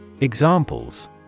Examples